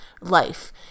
life